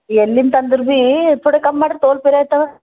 ಎಲ್ಲಿಂದ ತಂದ್ರೂ ಭಿ ಥೋಡೆ ಕಮ್ ಮಾಡಿರಿ ತೋಲು ಪಿರೆ ಆಯ್ತವ